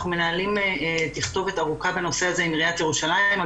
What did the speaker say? אנחנו מנהלים תכתובת ארוכה בנושא הזה עם עיריית ירושלים.